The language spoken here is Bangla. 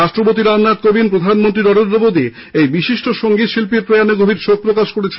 রাষ্ট্রপতি রামনাথ কোভিন্দ ও প্রধানমন্ত্রী নরেন্দ্র মোদী এই বিশিষ্ট সংগীত শিল্পীর প্রয়াণে গভীর শোক প্রকাশ করেছেন